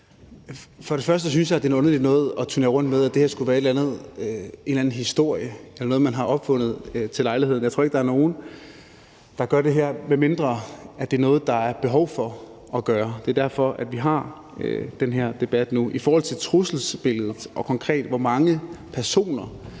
For det første synes jeg, det er noget underligt noget at turnere rundt med, at det her skulle være en eller anden historie eller noget, man har opfundet til lejligheden. Jeg tror ikke, der er nogen, der gør det her, medmindre det er noget, der er et behov for at gøre. Det er derfor, vi har den her debat nu. For det andet vil jeg sige, at i forhold til trusselsbilledet, hvor mange personer